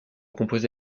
composé